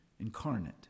Incarnate